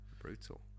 Brutal